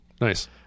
nice